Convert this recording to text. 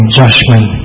judgment